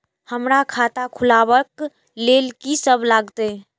हमरा खाता खुलाबक लेल की सब लागतै?